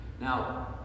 Now